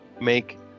make